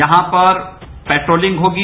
यहां पर पेट्रोलिंग होगी